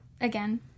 again